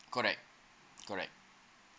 correct correct